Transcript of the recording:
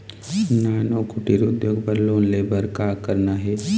नान अउ कुटीर उद्योग बर लोन ले बर का करना हे?